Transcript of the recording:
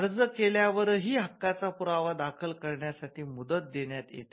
अर्ज केल्यावरही हक्काचा पुरावा दाखल करण्यासाठी मुदत देण्यात येते